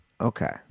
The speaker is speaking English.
Okay